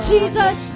Jesus